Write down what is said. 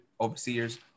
overseers